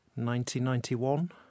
1991